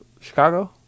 Chicago